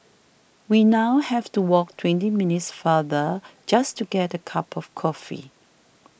we now have to walk twenty minutes farther just to get a cup of coffee